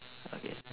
okay